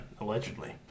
allegedly